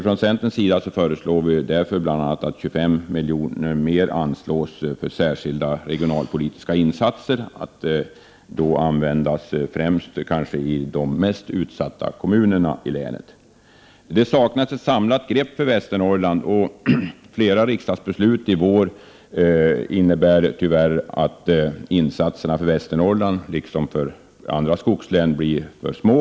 Från centerns sida föreslår vi därför bl.a. att ytterligare 25 milj.kr. skall anslås för särskilda regionalpolitiska insatser. De skall användas främst i de mest utsatta kommunerna i länet. Det saknas ett samlat grepp för Västernorrland, och flera riksdagsbeslut i vår innebär tyvärr att insatserna för Västernorrland, liksom för andra skogslän, blir alltför små.